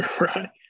Right